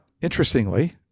interestingly